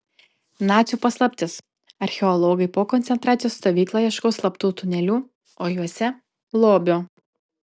nacių paslaptis archeologai po koncentracijos stovykla ieškos slaptų tunelių o juose lobio